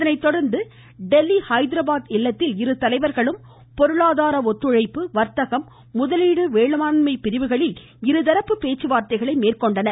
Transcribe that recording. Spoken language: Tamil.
இதனைத்தொடா்ந்து டெல்லி ஹைதராபாத் இல்லத்தில் இரு தலைவா்களும் பொருளாதார ஒத்துழைப்பு வாத்தகம் முதலீடு வேளாண்மை பிரிவுகளில் இருதரப்பு பேச்சுவார்த்தைகளை மேற்கொண்டனர்